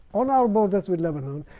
on our borders with lebanon,